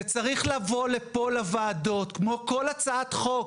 זה צריך לבוא לפה, לוועדות, כמו כל הצעת חוק.